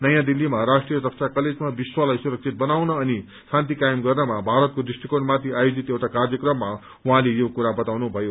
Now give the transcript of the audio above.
नयाँ दिल्लीमा राष्ट्रिय रक्षा कलेजमा विश्वलाई सुरक्षित बनाउन अनि शान्तिकायम गर्नमा भारतको दृष्टिकोणमाथि आयोजित एउटा कार्यक्रममा उहाँले यो कुरा भन्नुभयो